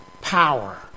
Power